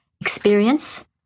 experience